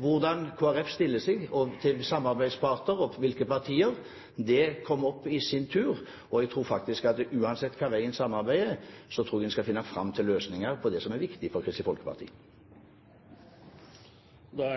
hvordan Kristelig Folkeparti stiller seg til samarbeidsparter og med hvilke partier, kommer i sin tur. Jeg tror at uansett hvilken vei en samarbeider, skal en finne fram til løsninger på det som er viktig for Kristelig Folkeparti. Jeg